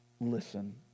Listen